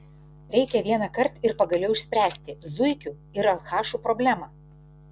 reikia vienąkart ir pagaliau išspręsti zuikių ir alchašų problemą